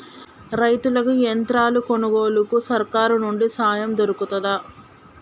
రైతులకి యంత్రాలు కొనుగోలుకు సర్కారు నుండి సాయం దొరుకుతదా?